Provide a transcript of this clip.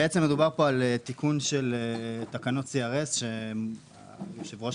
מדובר כאן על תיקון של תקנות CRS שאני חושב שהיושב ראש